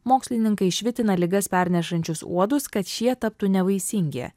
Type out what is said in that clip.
mokslininkai švitina ligas pernešančius uodus kad šie taptų nevaisingi